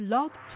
Love